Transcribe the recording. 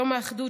יום האחדות,